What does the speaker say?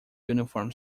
uniform